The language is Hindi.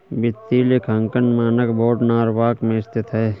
वित्तीय लेखांकन मानक बोर्ड नॉरवॉक में स्थित है